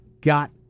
got